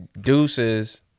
Deuces